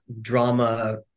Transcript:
drama